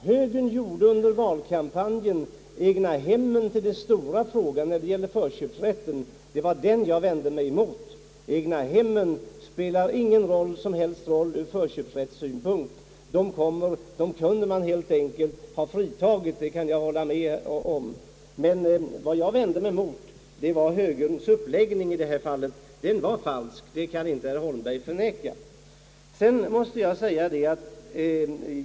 Högern gjorde under valkampanjen egnahemmen till den stora frågan när det gällde förköpsrätten. Det var mot detta jag vände mig. Egnahemmen spelar emellertid ingen som helst roll ur förköpssynpunkt. Dem kunde man helt enkelt ha fritagit, det kan jag hålla med om. Vad jag däremot vände mig mot var högerns uppläggning. Att den var falsk kan herr Holmberg inte förneka.